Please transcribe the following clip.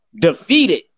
defeated